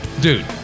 Dude